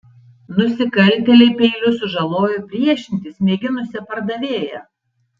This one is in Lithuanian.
nusikaltėliai peiliu sužalojo priešintis mėginusią pardavėją